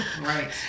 right